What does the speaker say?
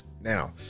Now